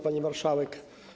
Pani Marszałek!